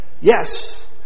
Yes